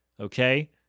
Okay